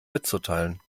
mitzuteilen